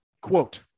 quote